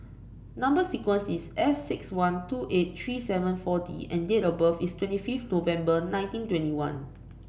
number sequence is S six one two eight three seven four D and date of birth is twenty five November nineteen twenty one